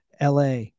LA